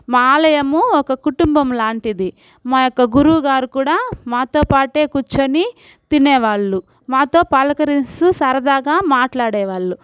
మా ఆలయము ఒక కుటుంభం లాంటిది మా యొక్క గురువు గారు కూడా మాతో పాటే కుర్చొని తినేవాళ్లు మాతో పలకరిస్తూ సరదాగా మాట్లాడే వాళ్ళు